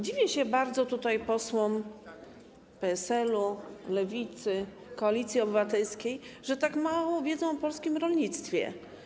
Dziwię się bardzo posłom PSL-u, Lewicy, Koalicji Obywatelskiej, że tak mało wiedzą o polskim rolnictwie.